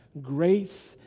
Grace